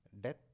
death